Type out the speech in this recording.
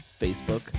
Facebook